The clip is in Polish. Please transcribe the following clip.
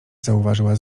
zauważyła